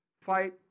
Fight